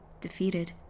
defeated